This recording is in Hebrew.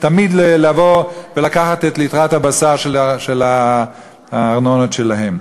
מייד לבוא ולקחת את ליטרת הבשר של הארנונות שלהם.